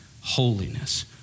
holiness